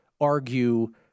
argue